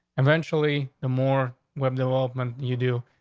eventually the more web development you do.